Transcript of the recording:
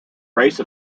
race